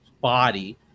body